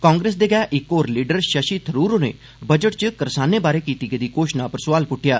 कांग्रेस दे गै हर होर लीडर षषि थरुर होरें बजट च करसानें बारे कीती गेदी घोशणा पर सुआल पुट्टेआ